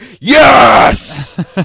Yes